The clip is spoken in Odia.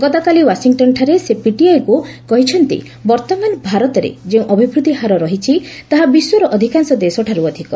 ଗତକାଲି ଓ୍ୱାଶିଂଟନ୍ଠାରେ ସେ ପିଟିଆଇକୁ କହିଛନ୍ତି ବର୍ତ୍ତମାନ ଭାରତରେ ଯେଉଁ ଅଭିବୃଦ୍ଧି ହାର ରହିଛି ତାହା ବିଶ୍ୱର ଅଧିକାଂଶ ଦେଶଠାରୁ ଅଧିକ